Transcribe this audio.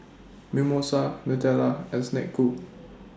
Mimosa Nutella and Snek Ku